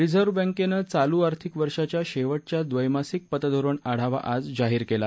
reserve बँकेनं चालू आर्थिक वर्षाच्या शेवटच्या द्वैमासिक पतधोरण आढावा आज जाहीर केला